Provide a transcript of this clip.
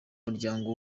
muryango